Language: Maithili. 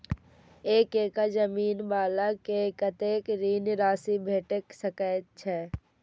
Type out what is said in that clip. एक एकड़ जमीन वाला के कतेक ऋण राशि भेट सकै छै?